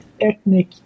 ethnic